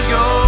go